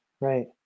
Right